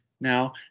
now